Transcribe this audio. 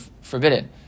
forbidden